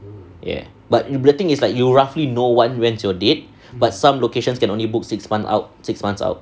ya but the thing is like you roughly know [one] when's your date but some locations can only book six month out six months out